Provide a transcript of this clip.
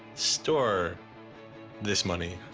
store this money?